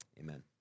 Amen